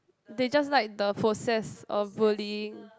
they just like the process of bullying